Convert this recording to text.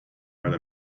while